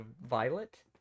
Violet